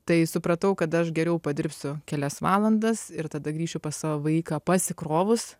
tai supratau kad aš geriau padirbsiu kelias valandas ir tada grįšiu pas savo vaiką pasikrovus